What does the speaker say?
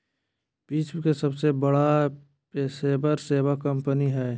विश्व के सबसे बड़ा पेशेवर सेवा कंपनी हइ